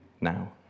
now